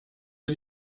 der